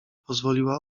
pozwoliła